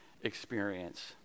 experience